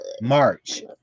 March